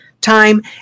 time